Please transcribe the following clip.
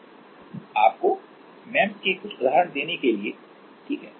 आपको एमईएमएस के कुछ उदाहरण देने के लिए ठीक है